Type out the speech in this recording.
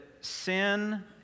sin